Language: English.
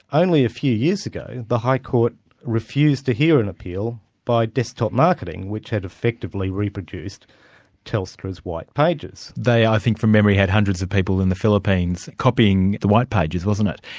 only a few years ago, the high court refused to hear an appeal by desktop marketing, which had effectively reproduced telstra's white pages. they i think, from memory, had hundreds of people in the philippines copying the white pages, wasn't it?